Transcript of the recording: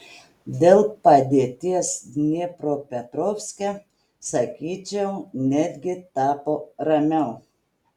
dėl padėties dniepropetrovske sakyčiau netgi tapo ramiau